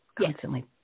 constantly